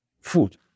food